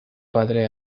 padre